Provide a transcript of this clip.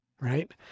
right